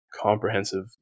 comprehensive